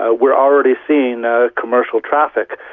ah we're already seeing ah commercial traffic,